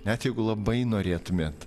net jeigu labai norėtumėt